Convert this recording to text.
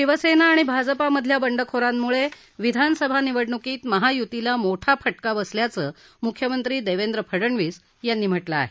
शिवसेना आणि भाजपामधल्या बंडखोरांमुळे विधानसभा निवडणुकीत महायुतीला मोठा फाक्रा बसल्याचं मुख्यमंत्री देवेंद्र फडणवीस यांनी म्हाजिं आहे